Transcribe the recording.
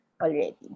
Already